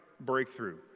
breakthrough